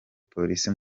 polisi